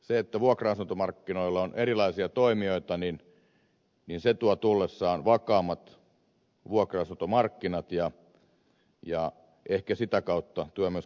se että vuokra asuntomarkkinoilla on erilaisia toimijoita tuo tullessaan vakaammat vuokra asuntomarkkinat ja ehkä sitä kautta tulee myöskin kohtuuhintaa